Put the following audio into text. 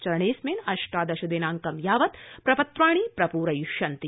चरणेऽस्मिन् अष्टादश दिनांकं यावत् प्रपत्राणि प्रप्रयिष्यन्ति